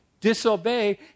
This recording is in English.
disobey